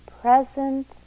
present